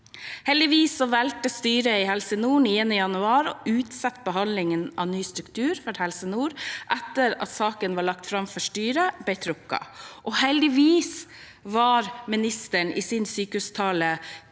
Heldigvis valgte styret i Helse nord den 9. januar å utsette behandlingen av ny struktur i Helse nord etter at saken som var lagt fram for styret, ble trukket, og heldigvis var ministeren i sin sykehustale